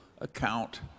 account